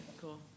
cool